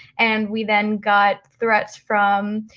and we then got threats from